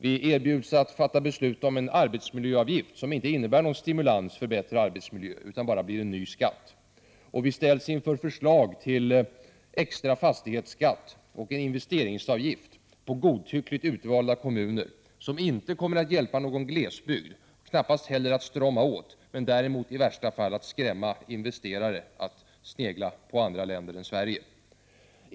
Vi erbjuds att fatta beslut om en arbetsmiljöavgift, som inte innebär någon stimulans för bättre arbetsmiljö utan bara blir en ny skatt. Vi ställs inför förslag till extra fastighetsskatt och investeringsavgift på godtyckligt utvalda kommuner, som inte kommer att hjälpa någon glesbygd, knappast heller att strama åt, men däremot i värsta fall att skrämma investerare så att de börjar snegla på andra länder än Sverige.